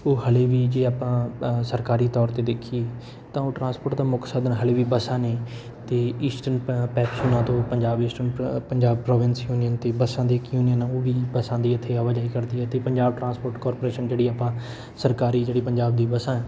ਉਹ ਹਾਲੇ ਵੀ ਜੇ ਆਪਾਂ ਸਰਕਾਰੀ ਤੌਰ 'ਤੇ ਦੇਖੀਏ ਤਾਂ ਉਹ ਟਰਾਂਸਪੋਰਟ ਦਾ ਮੁੱਖ ਸਾਧਨ ਹਾਲੇ ਵੀ ਬੱਸਾਂ ਨੇ ਅਤੇ ਈਸਟਨ ਪ ਪੈਪਸੂ ਨਾਂ ਤੋਂ ਪੰਜਾਬ ਈਸਟਨ ਪ ਪੰਜਾਬ ਪ੍ਰੋਵਿੰਸ ਯੂਨੀਅਨ ਅਤੇ ਬੱਸਾਂ ਦੀ ਇੱਕ ਯੂਨੀਅਨ ਉਹ ਵੀ ਬੱਸਾਂ ਦੀ ਇੱਥੇ ਆਵਾਜਾਈ ਕਰਦੀ ਹੈ ਅਤੇ ਪੰਜਾਬ ਟ੍ਰਾਂਸਪੋਰਟ ਕਾਰਪੋਰੇਸ਼ਨ ਜਿਹੜੀ ਆਪਾਂ ਸਰਕਾਰੀ ਜਿਹੜੀ ਪੰਜਾਬ ਦੀ ਬੱਸਾਂ ਹੈ